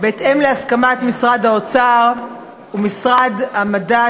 בהתאם להסכמת משרד האוצר ומשרד המדע,